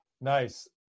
Nice